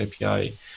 API